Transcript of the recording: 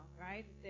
right